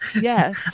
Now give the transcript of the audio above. Yes